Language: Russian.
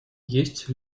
есть